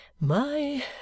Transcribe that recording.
My